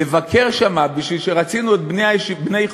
לבקר שם, בשביל שרצינו את בני חו"ל.